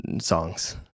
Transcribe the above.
songs